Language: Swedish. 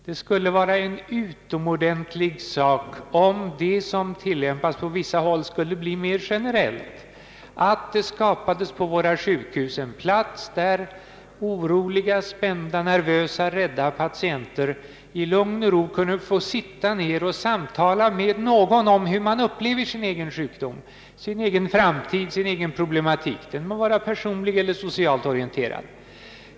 Det skulle vara en utomordentlig sak om det, såsom tillämpas på vissa håll, kunde bli mera generellt: att det skapas på våra sjukhus en plats där oroliga, spända, nervösa och rädda patienter i lugn och ro kunde få sitta ned och samtala med någon om hur man upplever sin egen sjukdom, sin egen framtid, sin egen problematik — den må vara personligt eller socialt orienterad.